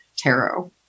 Tarot